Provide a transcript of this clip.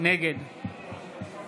נגד